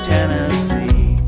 Tennessee